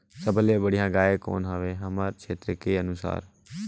सबले बढ़िया गाय कौन हवे हमर क्षेत्र के अनुसार?